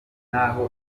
naho